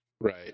Right